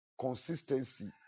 consistency